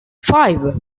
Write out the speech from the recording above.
five